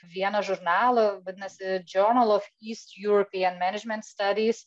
vieno žurnalo vadinasi journal of east european management studies